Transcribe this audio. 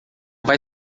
vai